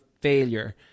failure